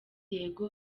yego